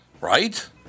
Right